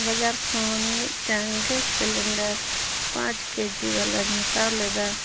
ᱵᱟᱡᱟᱨ ᱠᱷᱚᱱ ᱢᱤᱫᱴᱟᱝ ᱜᱮᱥ ᱥᱤᱞᱤᱱᱰᱟᱨ ᱯᱟᱸᱪ ᱠᱮᱡᱤ ᱵᱟᱞᱟᱧ ᱦᱟᱛᱟᱣ ᱞᱮᱫᱟ